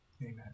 Amen